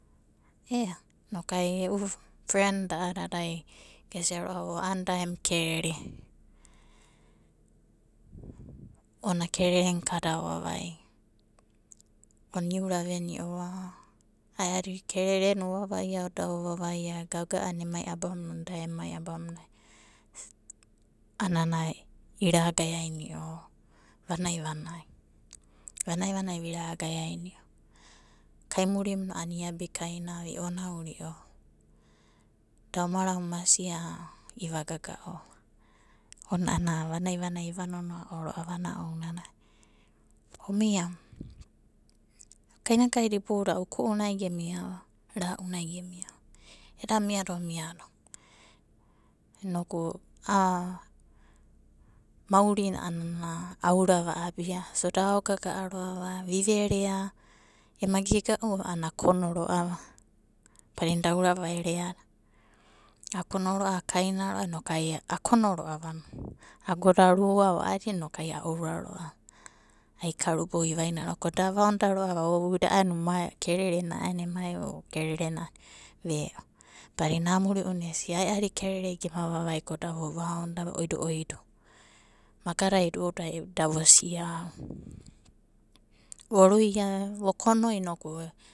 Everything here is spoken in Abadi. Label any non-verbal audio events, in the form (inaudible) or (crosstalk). Ea inokai e'u prenda a'adada ai gesia ro'ava o a'ana da emu kerere, ona krerena ka da ovavaia. Ona iura veniova ae'adi kererena ovavaia da ovavaia, gaga'ana ema abamuna, da emai abamuna a'anana iragae aini'ova vanaivnai. Vanai vanai viragae aini'o kaimurimda a'ana iabikainava i'onauri'ova. Da omara omasia iva gaga'ova gaga'ova ona a'ana iva nonoa ro'ava ounanai omiava. (unintelligible) Kainagai iboudadai a'ana ra'una gemia ro'ava. Eda miado miado miado inoku a'a maurina a'ana auravenava va'abia, so da aogaga'a ro'ava viverea ema gega'auva a'ana akono ro'a (unintelligible) akaina ro'ava inokai aokono ro'ava no. Agoda rua o a'adina inokai aouraro ro'ava, ikarubou ivainai ro'ava ko da avaonoda ro'ava o uida a'aena kererena a'aenanai emaiva ko kererena ve'o. Badina amuri'una esia ae'adi kererena gema vavaia ko da vovaonida oido oido makada iduda da vosiau, voruia vokono inoku.